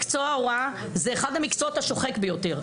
מקצוע ההוראה זה אחד המקצועות השוחק ביותר.